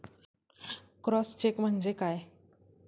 Cross check म्हणजे काय?